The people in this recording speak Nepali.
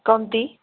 कम्ती